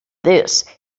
this